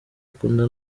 akunda